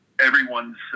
everyone's